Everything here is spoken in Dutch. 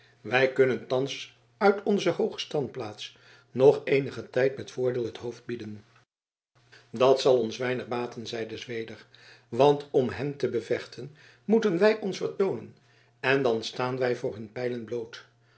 wij kunnen althans uit onze hooge standplaats nog eenigen tijd met voordeel het hoofd bieden dat zal ons weinig baten zeide zweder want om hen te bevechten moeten wij ons vertoonen en dan staan wij voor hun pijlen bloot